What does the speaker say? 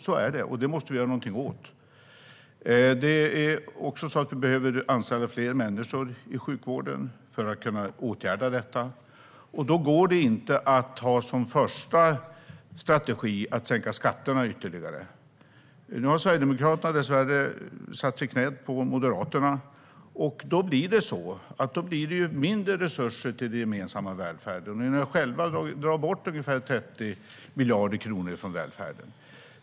Så är det, och det måste vi göra någonting åt. Det är också så att vi behöver anställa fler människor i sjukvården för att kunna åtgärda detta. Då går det inte att ha som första strategi att sänka skatterna ytterligare. Nu har Sverigedemokraterna dessvärre satt sig i knät på Moderaterna. Då blir det mindre resurser till den gemensamma välfärden. Ni drar själva bort ungefär 30 miljarder kronor från välfärden.